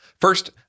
First